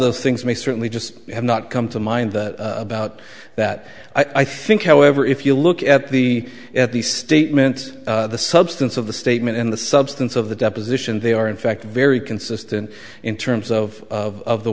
those things may certainly just have not come to mind about that i think however if you look at the at the statement the substance of the statement in the substance of the deposition they are in fact very consistent in terms of